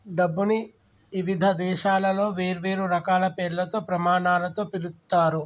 డబ్బుని ఇవిధ దేశాలలో వేర్వేరు రకాల పేర్లతో, ప్రమాణాలతో పిలుత్తారు